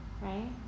Right